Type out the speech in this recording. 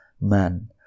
Man